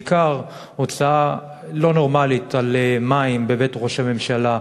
בעיקר הוצאה לא נורמלית על מים בבית ראש הממשלה,